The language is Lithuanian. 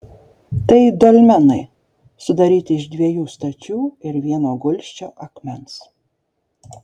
tai dolmenai sudaryti iš dviejų stačių ir vieno gulsčio akmens